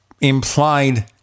implied